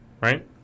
Right